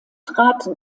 trat